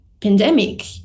pandemic